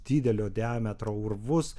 didelio diametro urvus